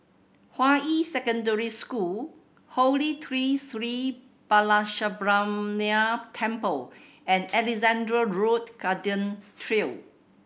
Hua Yi Secondary School Holy Tree Sri Balasubramaniar Temple and Alexandra Road Garden Trail